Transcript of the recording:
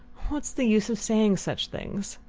what's the use of saying such things?